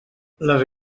les